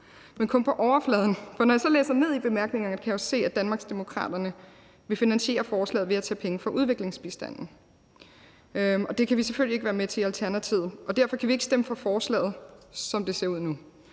men kun på overfladen, for når jeg så læser ned i bemærkningerne, kan jeg jo se, at Danmarksdemokraterne vil finansiere forslaget ved at tage penge fra udviklingsbistanden, og det kan vi selvfølgelig ikke være med til i Alternativet. Derfor kan vi ikke stemme for forslaget, som det ser ud nu.